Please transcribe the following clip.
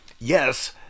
yes